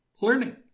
learning